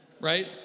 Right